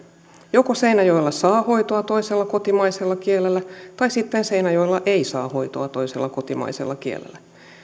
joko seinäjoella saa hoitoa toisella kotimaisella kielellä tai sitten seinäjoella ei saa hoitoa toisella kotimaisella kielellä